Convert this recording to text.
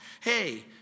Hey